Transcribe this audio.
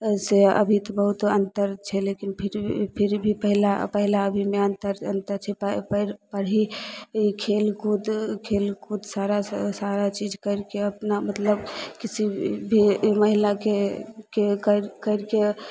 से अभी तऽ बहुत अन्तर छै लेकिन फिर भी फिर भी पहिला पहिला अभीमे अन्तर अन्तर छै प प पढ़ि पढ़हि खेलकूद खेलकूद सारासँ सारा चीज करिके अपना मतलब किसी भी महिलाके कर करिके